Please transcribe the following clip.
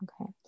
okay